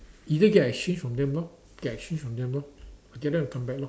either get exchange from the lor get exchange from them lor get them to come back lor